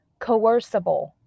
coercible